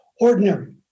ordinary